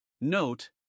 Note